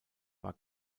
war